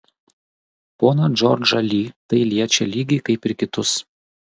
poną džordžą li tai liečia lygiai kaip ir kitus